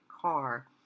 car